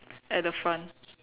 at the front